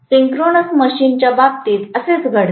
synchronous मशीनच्या बाबतीतही असेच घडते